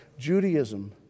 Judaism